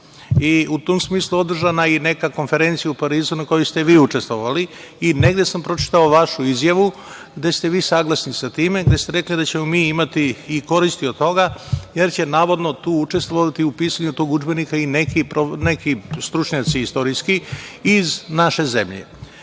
U tom smislu održana je i neka konferencija u Parizu na kojoj ste vi učestvovali. Negde sam pročitao vašu izjavu gde ste vi saglasni sa time, gde ste rekli da ćemo mi imati i koristi od toga jer će tu učestvovati u pisanju tog udžbenika i neki stručnjaci istorijski iz naše zemlje. Ja